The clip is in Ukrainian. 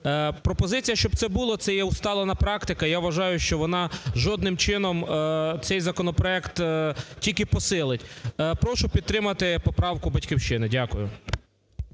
Пропозиція, щоб це було, це є уставлена практика. Я вважаю, що вона жодним чином цей законопроект тільки посилить. Прошу підтримати поправку "Батьківщини". Дякую.